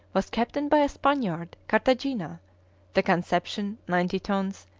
was captained by a spaniard cartagena the conception, ninety tons,